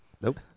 Nope